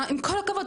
עם כל הכבוד,